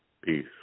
Peace